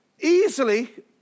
easily